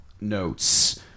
notes